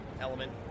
element